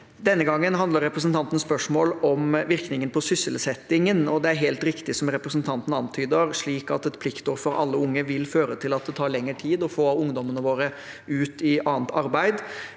Denne gangen handler representantens spørsmål om virkningen på sysselsettingen. Det er helt riktig, slik representanten antyder, at et pliktår for alle unge vil føre til at det tar lengre tid å få ungdommene våre ut i annet arbeid.